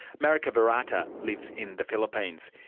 maricar virata lives in the philippines.